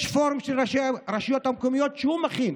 יש פורום של ראשי הרשויות המקומיות שהוא מכין.